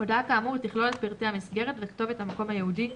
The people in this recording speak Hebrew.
הודעה כאמור תכלול את פרטי המסגרת וכתובת המקום הייעודי,